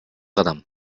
кадам